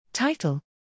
Title